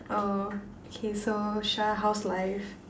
oh K so Shah how's life